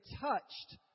touched